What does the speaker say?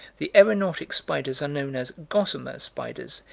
the aeronautic spiders are known as gossamer spiders,